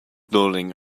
darling